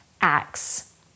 acts